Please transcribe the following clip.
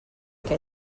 què